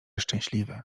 szczęśliwy